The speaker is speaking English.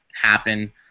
happen